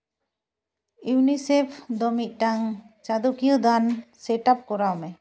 UNICEF ᱫᱚ ᱢᱤᱫᱴᱟᱝ ᱪᱟᱸᱫᱚ ᱠᱤᱭᱟᱹ ᱫᱟᱱ ᱥᱮᱴᱟᱯ ᱠᱚᱨᱟᱣ ᱢᱮ